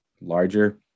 larger